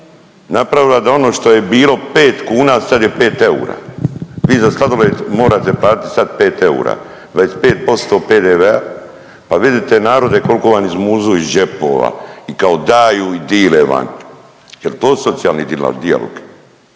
napravila da ono što je bilo 5 kuna sad je 5 eura, vi za sladoled morate platiti sad 5 eura, 25% PDV-a, pa vidite narode koliko vam izmuzu iz džepova i kao daju i dile vam, jel to socijalni dijalog?